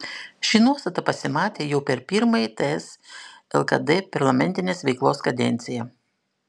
ši nuostata pasimatė jau per pirmąją ts lkd parlamentinės veiklos kadenciją